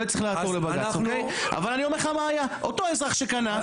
יש לנו את ההחלטה הזאת בכתב.